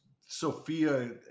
Sophia